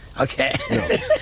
Okay